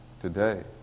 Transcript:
today